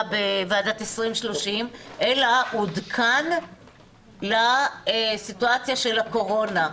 בוועדת 2030 אלא הוא עודכן לסיטואציה של הקורונה.